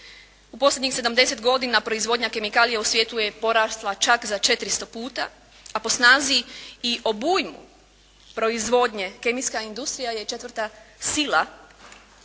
U posljednjih 70 godina proizvodnja kemikalija u svijetu je porasla čak za 400 puta, a po snazi i obujmu proizvodnje kemijska industrija je četvrta sila